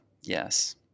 Yes